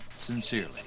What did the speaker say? sincerely